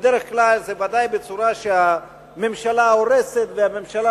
ובדרך כלל זה בוודאי בצורה שהממשלה הורסת והממשלה